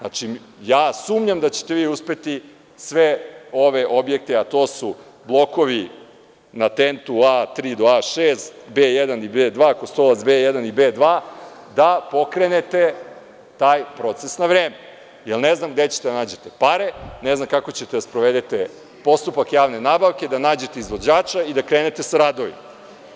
Ja sumnjam da ćete vi uspeti sve ove objekte, a to su blokovi na TENT-u A3 do A6, B1 i B2, Kostolac B1 i B2, da pokrenete taj proces na vreme, jer ne znam gde ćete da nađete pare, ne znam kako ćete da sprovedete postupak javne nabavke, da nađete izvođača i da krenete sa radovima.